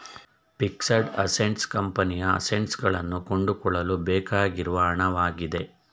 fixed assets ಕಂಪನಿಯ assets ಗಳನ್ನು ಕೊಂಡುಕೊಳ್ಳಲು ಬೇಕಾಗಿರುವ ಹಣವಾಗಿದೆ